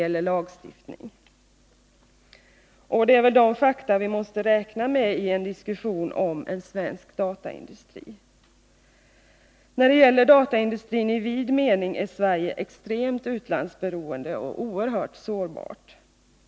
— Dessa fakta måste vi räkna med i en diskussion om en svensk dataindustri. När det gäller dataindustrin i vid mening är Sverige extremt utlandsberoende och oerhört sårbart.